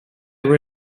were